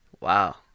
wow